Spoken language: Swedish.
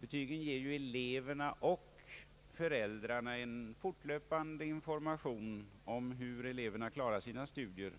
Betygen ger eleverna och föräldrarna en fortlöpande information om hur eleverna klarar sina studier.